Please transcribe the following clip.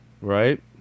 Right